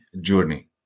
journey